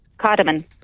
Cardamom